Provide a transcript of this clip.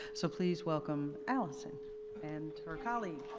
so please welcome alison and her colleague,